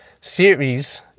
series